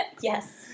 Yes